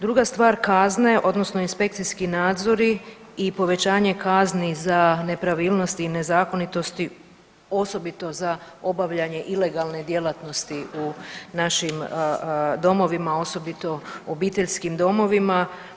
Druga stvar kazne, odnosno inspekcijski nadzori i povećanje kazni za nepravilnosti i nezakonitosti osobito za obavljanje ilegalne djelatnosti u našim domovima osobito obiteljskim domovima.